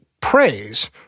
praise